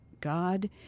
God